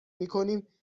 میکنیم